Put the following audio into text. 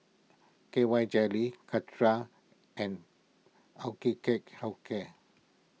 K Y Jelly Caltrate and Health Care